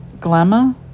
glamour